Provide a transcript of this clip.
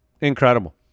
incredible